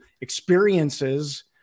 experiences